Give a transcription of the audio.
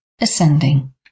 ascending